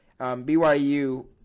BYU